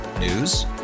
News